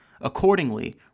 Accordingly